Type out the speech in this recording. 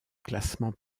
classement